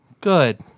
good